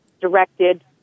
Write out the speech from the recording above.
directed